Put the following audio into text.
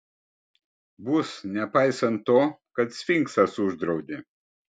bus nepaisant to kad sfinksas uždraudė